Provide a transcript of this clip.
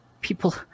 people